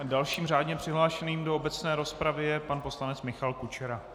Dalším řádně přihlášeným do obecné rozpravy je pan poslanec Michal Kučera.